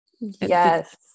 Yes